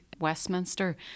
Westminster